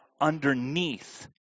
underneath